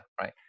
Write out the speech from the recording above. right